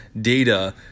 data